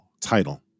title